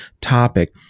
topic